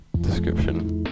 description